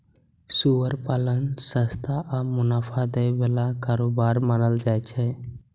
सुअर पालन सस्ता आ मुनाफा दै बला कारोबार मानल जाइ छै